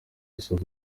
yussuf